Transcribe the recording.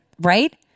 Right